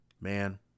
Man